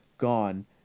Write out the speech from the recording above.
Gone